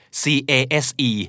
case